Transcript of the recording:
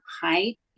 height